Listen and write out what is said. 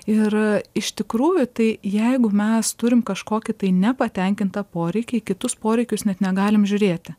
ir iš tikrųjų tai jeigu mes turim kažkokį tai nepatenkintą poreikį į kitus poreikius net negalim žiūrėti